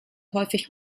häufig